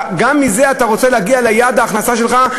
גם מזה אתה רוצה להגיע ליעד ההכנסה שלך,